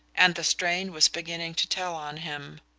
and the strain was beginning to tell on him.